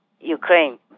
Ukraine